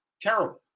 terrible